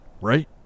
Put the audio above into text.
right